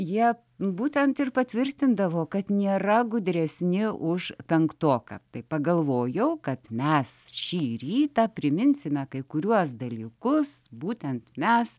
jie būtent ir patvirtindavo kad nėra gudresni už penktoką taip pagalvojau kad mes šį rytą priminsime kai kuriuos dalykus būtent mes